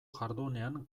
jardunean